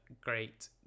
great